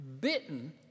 bitten